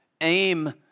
aim